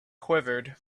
quivered